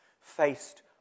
faced